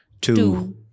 two